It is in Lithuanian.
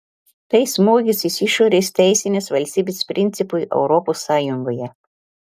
tai smūgis iš išorės teisinės valstybės principui europos sąjungoje